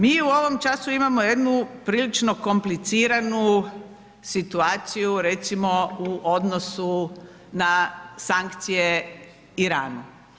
Mi u ovom času imamo jednu prilično kompliciranu situaciju recimo u odnosu na sankcije Irana.